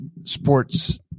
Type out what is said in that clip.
sports